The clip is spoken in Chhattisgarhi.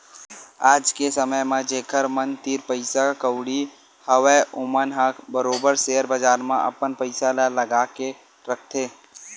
आज के समे म जेखर मन तीर पइसा कउड़ी हवय ओमन ह बरोबर सेयर बजार म अपन पइसा ल लगा के रखथे